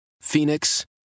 Phoenix